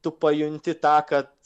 tu pajunti tą kad